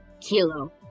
Kilo